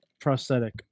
prosthetic